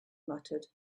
muttered